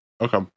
okay